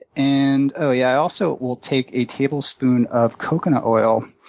and, oh, yeah, i also will take a tablespoon of coconut oil,